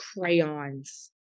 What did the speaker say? crayons